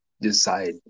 decide